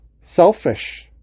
selfish